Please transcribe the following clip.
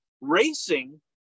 Racing